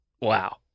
Wow